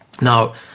Now